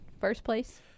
first-place